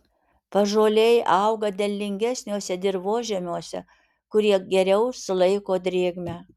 paąžuoliai auga derlingesniuose dirvožemiuose kurie geriau sulaiko drėgmę